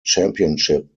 championship